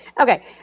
Okay